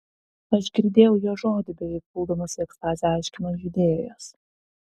aš girdėjau jo žodį beveik puldamas į ekstazę aiškino judėjas